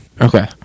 okay